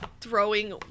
throwing